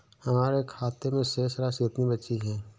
हमारे खाते में शेष राशि कितनी बची है?